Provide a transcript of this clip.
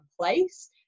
place